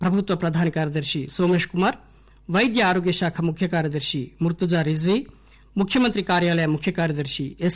ప్రభుత్వ ప్రధాన కార్యదర్ని నోమేష్ కుమార్ పైద్య ఆరోగ్య శాఖ ముఖ్య కార్యదర్భి ముర్తుజా రిజ్వీ ముఖ్యమంత్రి కార్యాలయ ముఖ్య కార్యదర్ని ఎస్